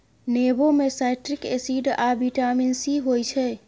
नेबो मे citric acid आ बिटामिन सी होइ छै